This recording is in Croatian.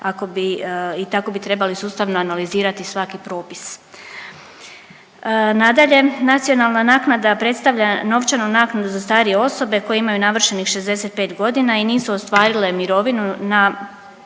i tako bi trebali sustavno analizirati svaki propis. Nadalje, nacionalna naknada predstavlja novčanu naknadu za starije osobe koje imaju navršenih 65 godina i nisu ostvarile mirovinu na